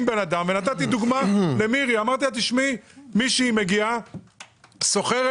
נתתי דוגמה למירי: אם קוסמטיקאית שוכרת